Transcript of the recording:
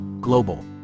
Global